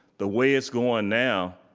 the way it's going now,